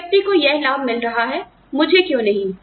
उस व्यक्ति को यह लाभ मिल रहा है मुझे क्यों नहीं